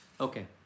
Okay